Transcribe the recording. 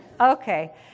Okay